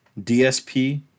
DSP